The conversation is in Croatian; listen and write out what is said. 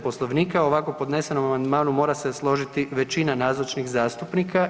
Poslovnika o ovako podnesenom amandmanu mora se složiti većina nazočnih zastupnika.